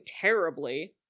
terribly